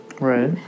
Right